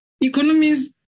economies